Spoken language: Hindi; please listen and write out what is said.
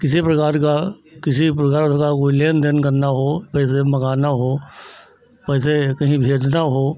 किसी प्रकार का किसी भी प्रकार का कोई लेन देन करना हो पैसे मँगाना हो पैसे कहीं भेजना हो